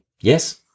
Yes